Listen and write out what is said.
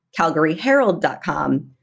Calgaryherald.com